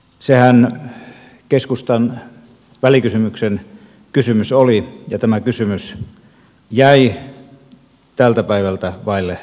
sehän keskustan välikysymyksen kysymys oli ja tämä kysymys jäi tältä päivältä vaille vastausta